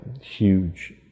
huge